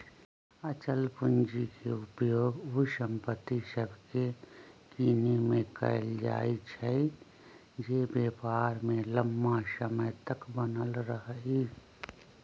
अचल पूंजी के उपयोग उ संपत्ति सभके किनेमें कएल जाइ छइ जे व्यापार में लम्मा समय तक बनल रहइ